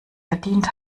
verdient